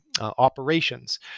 operations